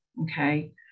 okay